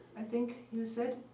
i think you said?